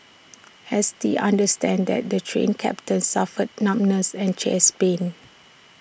S T understands that the Train Captain suffered numbness and chest pains